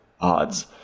odds